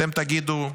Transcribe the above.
אתם תגידו: